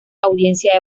audiencia